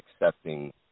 accepting